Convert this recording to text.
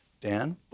Dan